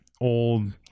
old